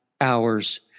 hours